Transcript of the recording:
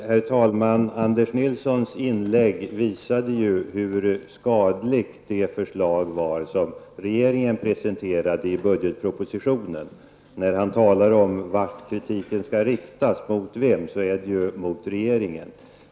Herr talman! Anders Nilssons inlägg visar hur skadligt det förslag var som regeringen presenterade i budgetpropositionen. När han talar om vart, mot vem, kritiken skall riktas, måste jag säga att det är mot regeringen.